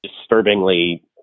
disturbingly